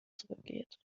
zurückgeht